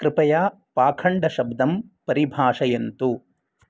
कृपया पाखण्डशब्दं परिभाषयन्तु